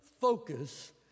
focus